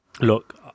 look